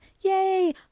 Yay